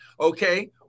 Okay